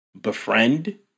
befriend